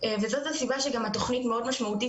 וזאת הסיבה שגם התוכנית מאוד משמעותית